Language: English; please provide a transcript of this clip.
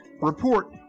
report